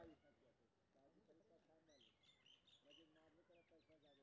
पौधा के उचित वृद्धि के लेल कथि कायल जाओ की आपदा में बचल रहे?